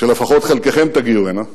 שלפחות חלקכם תגיעו הנה,